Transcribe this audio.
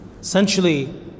essentially